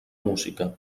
música